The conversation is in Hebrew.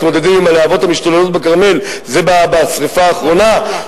"עם הלהבות המשתוללות בכרמל" זה בשרפה האחרונה,